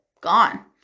gone